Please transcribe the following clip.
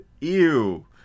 ew